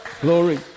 Glory